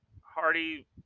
Hardy